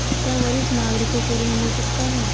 क्या वरिष्ठ नागरिकों को ऋण मिल सकता है?